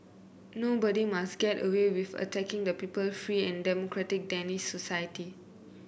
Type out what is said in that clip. nobody must get away with attacking the people free and democratic Danish society